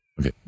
Okay